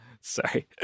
Sorry